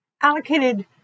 allocated